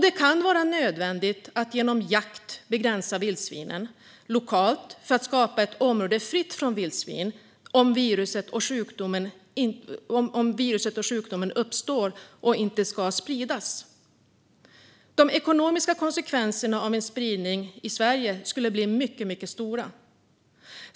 Det kan vara nödvändigt att genom jakt begränsa vildsvinen lokalt för att skapa ett område fritt från vildsvin för att viruset och sjukdomen inte ska spridas. De ekonomiska konsekvenserna av en spridning i Sverige skulle bli mycket stora.